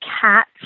cat